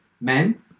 men